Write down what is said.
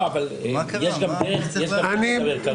יש גם דרך לדבר.